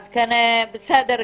בסדר גמור.